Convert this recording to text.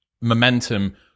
momentum